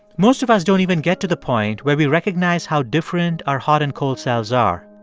most of us don't even get to the point where we recognize how different our hot and cold selves are.